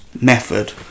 method